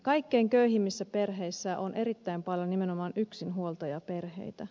kaikkein köyhimmissä perheissä on erittäin paljon nimenomaan yksinhuoltajaperheitä